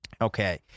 Okay